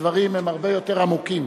הדברים הם הרבה יותר עמוקים.